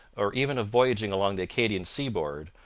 or even of voyaging along the acadian seaboard,